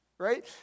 right